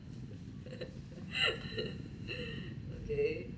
okay